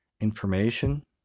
information